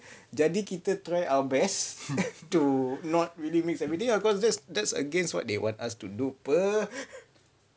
jadi kita try our best to not really mix everything lah cause that's that's against what they want us to do [pe]